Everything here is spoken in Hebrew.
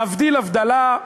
להבדיל הבדלה,